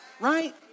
Right